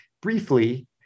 briefly